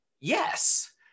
Yes